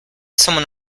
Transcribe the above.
someone